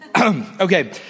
Okay